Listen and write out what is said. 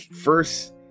first